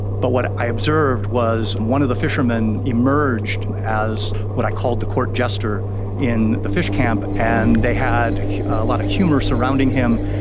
but what i observed was one of the fishermen emerged as what i called the court jester in the fish camp, and they had a lot of humour surrounding him,